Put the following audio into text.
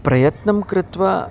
प्रयत्नं कृत्वा